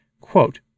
Quote